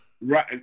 Right